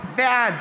בעד